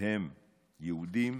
הם יהודים,